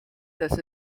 dass